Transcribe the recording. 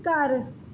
ਘਰ